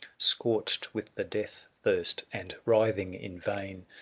scorched with the death thirst, and writhing in vain.